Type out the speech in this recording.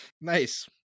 Nice